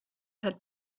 had